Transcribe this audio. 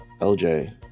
lj